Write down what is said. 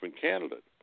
candidate